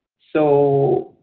so,